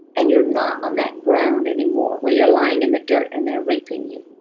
and you're not on that ground anymore, when you're lying in the dirt and they're raping you,